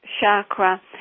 chakra